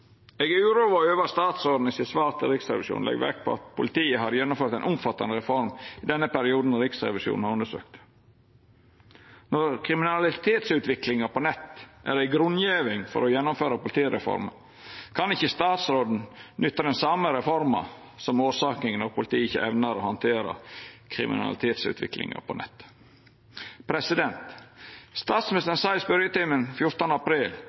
Eg er uroa over at statsråden i svaret sitt til Riksrevisjonen legg vekt på at politiet har gjennomført ei omfattande reform i den perioden Riksrevisjonen har undersøkt. Når kriminalitetsutviklinga på nett er ei grunngjeving for å gjennomføra politireforma, kan ikkje statsråden nytta den same reforma som orsaking når politiet ikkje evnar å handtera kriminalitetsutviklinga på nett. Statsministeren sa i spørjetimen den 14. april